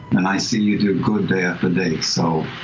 and i see you do good day after day, so